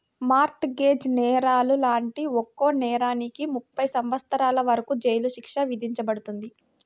mart gauge నేరాలు లాంటి ఒక్కో నేరానికి ముప్పై సంవత్సరాల వరకు జైలు శిక్ష విధించబడుతుంది